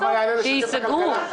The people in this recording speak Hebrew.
כמה יעלה לשקם את הכלכלה?